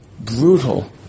brutal